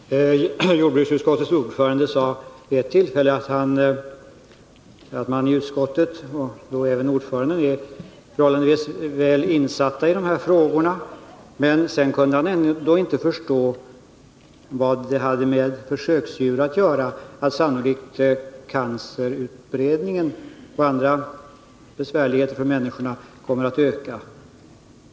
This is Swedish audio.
Fru talman! Jordbruksutskottets ordförande sade vid ett tillfälle att utskottets ledamöter, och då även ordföranden själv, är förhållandevis väl insatta i dessa frågor. Men sedan kunde han ändå inte förstå vad det hade med försöksdjur att göra att cancerutbredningen och andra besvärligheter för människorna sannolikt kommer att öka.